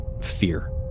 fear